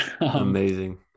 Amazing